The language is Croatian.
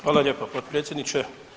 Hvala lijepa potpredsjedniče.